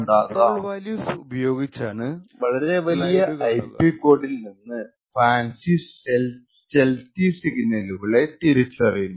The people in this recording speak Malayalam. സ്ലൈഡ് കാണുക സമയം 914 കണ്ട്രോൾ വാല്യൂസ് ഉപയോഗിച്ചാണ് വളരെ വലിയ ഐപി കോഡിൽ നിന്ന് ഫാൻസി സ്റ്റേൽത്തി സിഗ്നലുകളെ തിറിച്ചറിയുന്നത്